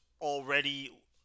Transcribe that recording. already